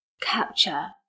capture